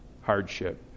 hardship